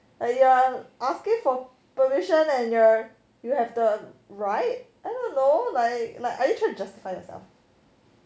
uh you're asking for permission and you're you have the right I don't know like like are you trying to justify for yourself